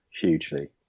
hugely